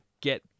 get